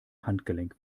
handgelenk